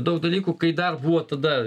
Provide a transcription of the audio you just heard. daug dalykų kai dar buvo tada